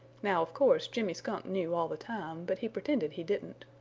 now of course jimmy skunk knew all the time, but he pretended he didn't.